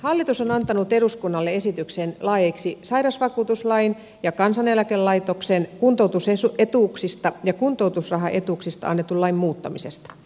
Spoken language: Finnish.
hallitus on antanut eduskunnalle esityksen laeiksi sairausvakuutuslain ja kansaneläkelaitoksen kuntoutusetuuksista ja kuntoutusrahaetuuksista annetun lain muuttamisesta